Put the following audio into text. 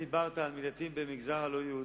אתה דיברת על מקלטים במגזר הלא-יהודי.